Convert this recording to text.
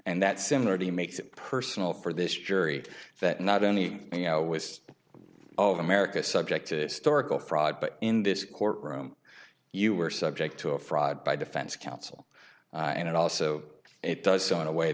and that similarity makes it personal for this jury that not only you know was all of america subjective storable fraud but in this courtroom you are subject to a fraud by defense counsel and it also it does so in a way